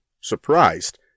surprised